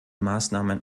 maßnahmen